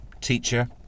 teacher